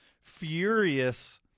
furious